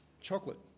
chocolate